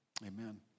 Amen